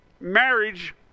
marriage